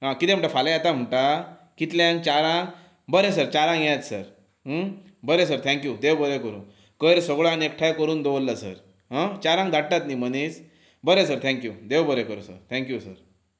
आं किदें म्हणटा फाल्यां येता म्हणटा कितल्याक चारांक बरें सर चारांक येयात सर बरें सर थँक्यू देव बरें करूं कोयर सगळोक एकठांय करून दवरला सर आं चारांक धाडटात न्हय मनीस बरें सर थँक्यू देव बरें करूं सर थँक्यू सर